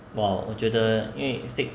!wow! 我觉得应为 steak